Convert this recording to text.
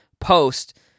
post